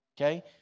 okay